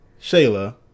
Shayla